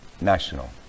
national